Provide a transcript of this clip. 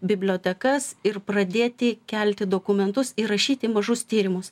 bibliotekas ir pradėti kelti dokumentus ir rašyti mažus tyrimus